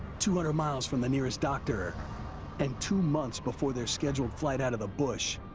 two hundred miles from the nearest doctor and two months before their scheduled flight out of the bush,